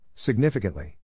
Significantly